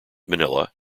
manila